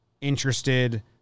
interested